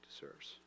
deserves